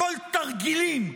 הכול תרגילים,